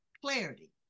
clarity